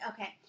okay